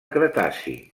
cretaci